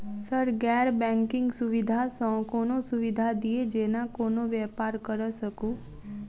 Sir गैर banking सुविधा सँ कोनों सुविधा दिए जेना कोनो व्यापार करऽ सकु?